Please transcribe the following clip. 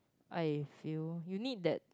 I feel you need that